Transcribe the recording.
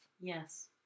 Yes